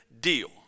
deal